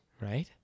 Right